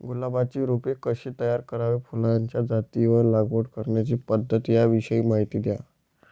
गुलाबाची रोपे कशी तयार करावी? फुलाच्या जाती व लागवड करण्याची पद्धत याविषयी माहिती द्या